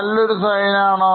നല്ലൊരു സൈൻ ആണോ